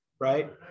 right